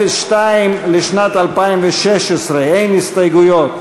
סעיף 02 לשנת 2016, אין הסתייגויות.